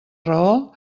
raó